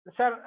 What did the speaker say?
Sir